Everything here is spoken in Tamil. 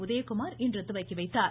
உதயகுமார் இன்று துவக்கி வைத்தார்